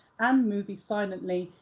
um movies silently,